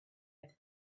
had